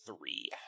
three